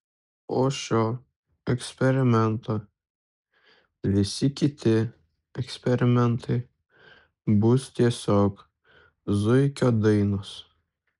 po šio eksperimento visi kiti eksperimentai bus tiesiog zuikio dainos